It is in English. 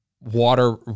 water